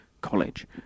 college